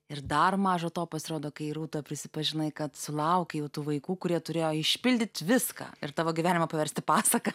ir dar maža to pasirodo kai rūta prisipažinai kad sulaukei jau tų vaikų kurie turėjo išpildyt viską ir tavo gyvenimą paversti pasaka